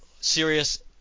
serious –